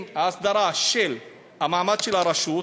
עם הסדרה של המעמד של הרשות,